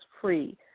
free